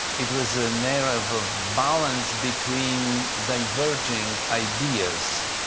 it was an era of ah balance between diverging ideas.